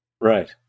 Right